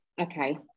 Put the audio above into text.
Okay